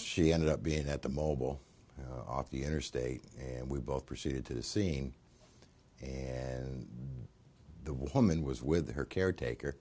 she ended up being that the mobile off the interstate and we both proceeded to the scene and the woman was with her caretaker